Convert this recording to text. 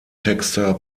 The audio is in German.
texter